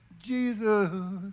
Jesus